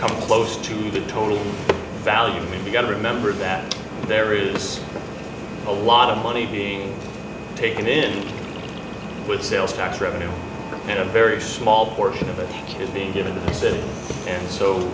come close to the total value me of remember that there is a lot of money being taken in with sales tax revenue and a very small portion of it is being given the city and so